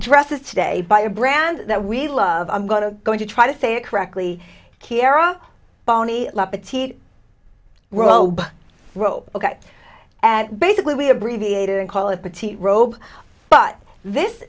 dresses today by a brand that we love i'm going to going to try to say it correctly cara bonnie t robe robe ok and basically we abbreviated and call it pretty robe but this